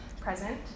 present